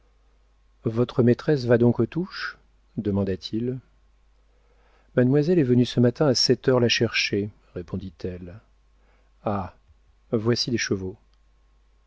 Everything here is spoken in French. votre maîtresse va donc aux touches demanda-t-il mademoiselle est venue ce matin à sept heures la chercher répondit-elle ah voici des chevaux